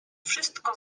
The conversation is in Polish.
wszystko